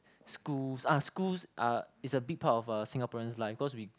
schools ah schools are is a big part of a Singaporean's life because we